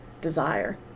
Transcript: desire